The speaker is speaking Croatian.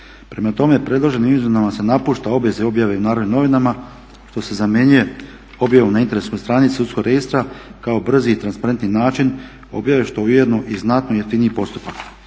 Prema tome, predloženim izmjenama se napušta obveza objave u Narodnim novinama što se zamjenjuje objavom na internetskoj stranici sudskog registra kao brzi i transparentni način objave što je ujedno i znatno jeftiniji postupak.